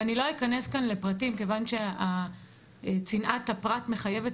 ואני לא אכנס כאן לפרטים כיוון שצנעת הפרט מחייבת